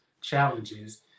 challenges